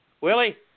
Willie